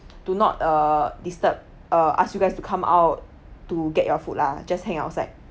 to not uh disturb err ask you guys to come out to get your food lah just hang outside